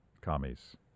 commies